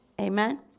Amen